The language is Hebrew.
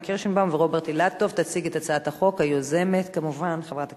אני קובעת שהצעת החוק עברה פה אחד ותחזור